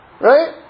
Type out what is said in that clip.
Right